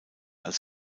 als